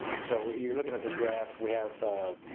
so you're looking at this graph, we have